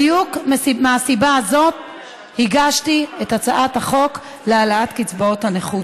בדיוק מהסיבה הזאת הגשתי את הצעת החוק להעלאת קצבאות הנכות,